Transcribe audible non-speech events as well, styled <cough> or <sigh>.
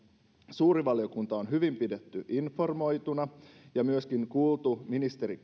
suuri valiokunta on hyvin pidetty informoituna ja myöskin on kuultu ministeri <unintelligible>